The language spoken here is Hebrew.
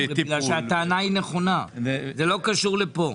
הטענה היא נכונה אבל זה לא קשור לכאן.